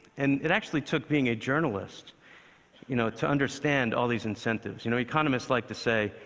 and it actually took being a journalist you know to understand all these incentives. you know, economists like to say,